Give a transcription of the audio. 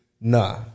Nah